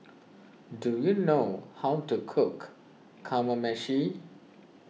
do you know how to cook Kamameshi